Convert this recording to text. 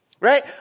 Right